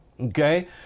Okay